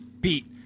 beat